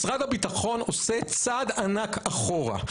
משרד הביטחון עושה צעד ענק אחורה.